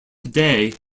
today